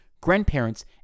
grandparents